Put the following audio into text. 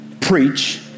preach